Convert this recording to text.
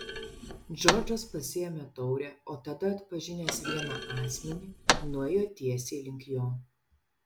džordžas pasiėmė taurę o tada atpažinęs vieną asmenį nuėjo tiesiai link jo